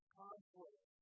conflict